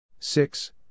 Six